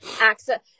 access